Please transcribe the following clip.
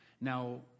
now